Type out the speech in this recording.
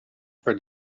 for